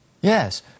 Yes